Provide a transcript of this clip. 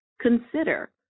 consider